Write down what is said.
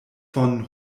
von